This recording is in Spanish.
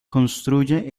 construye